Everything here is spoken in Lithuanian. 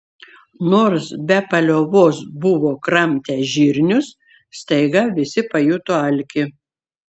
nors be paliovos buvo kramtę žirnius staiga visi pajuto alkį